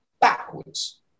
backwards